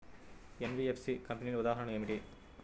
NBFC కంపెనీల ఉదాహరణ ఏమిటి?